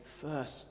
first